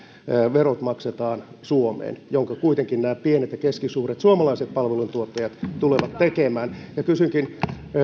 verot maksetaan suomeen minkä kuitenkin nämä pienet ja keskisuuret suomalaiset palveluntuottajat tulevat tekemään kysynkin